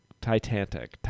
Titanic